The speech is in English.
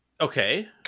Okay